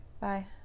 Bye